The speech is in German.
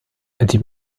die